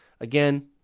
Again